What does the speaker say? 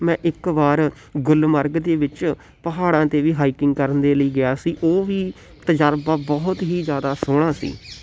ਮੈਂ ਇੱਕ ਵਾਰ ਗੁੱਲ ਮਰਗ ਦੇ ਵਿੱਚ ਪਹਾੜਾਂ 'ਤੇ ਵੀ ਹਾਈਕਿੰਗ ਕਰਨ ਦੇ ਲਈ ਗਿਆ ਸੀ ਉਹ ਵੀ ਤਜ਼ਰਬਾ ਬਹੁਤ ਹੀ ਜ਼ਿਆਦਾ ਸੋਹਣਾ ਸੀ